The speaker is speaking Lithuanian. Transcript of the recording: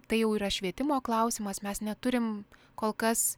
tai jau yra švietimo klausimas mes neturim kol kas